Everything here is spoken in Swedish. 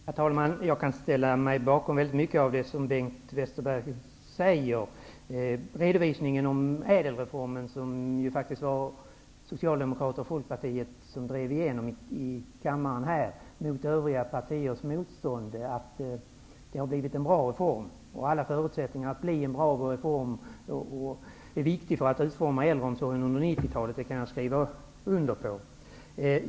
Herr talman! Jag kan ställa mig bakom väldigt mycket av det som Bengt Westerberg säger. Redovisningen om ÄDEL-reformen, som ju faktiskt Socialdemokraterna och Folkpartiet drev igenom här i kammaren mot de övriga partierna, visar att det har blivit en bra reform. Alla förutsättningar för att det skall bli en bra reform är viktiga för att utforma äldreomsorgen under 90 talet. Det kan jag skriva under på.